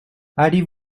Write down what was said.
allez